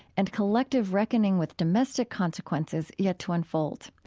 and collective reckoning with domestic consequences yet to unfold.